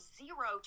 zero